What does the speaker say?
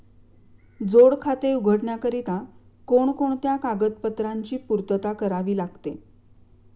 जोड खाते उघडण्याकरिता कोणकोणत्या कागदपत्रांची पूर्तता करावी लागते?